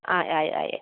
ആയ് ആയ് ആയ് ആയ്